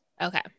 Okay